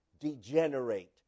degenerate